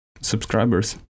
subscribers